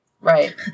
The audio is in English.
Right